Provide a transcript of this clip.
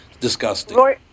Disgusting